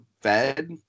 fed